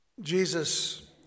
Jesus